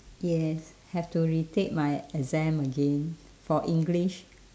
yes have to retake my exam again for english